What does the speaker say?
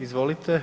Izvolite.